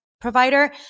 provider